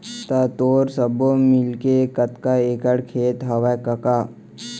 त तोर सब्बो मिलाके कतका एकड़ खेत हवय कका?